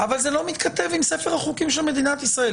אבל זה לא מתכתב עם ספר החוקים של מדינת ישראל.